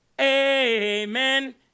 Amen